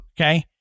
Okay